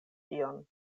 ion